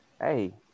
Hey